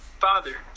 Father